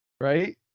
Right